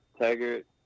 Taggart